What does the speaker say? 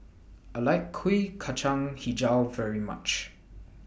I like Kuih Kacang Hijau very much